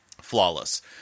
flawless